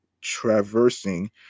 traversing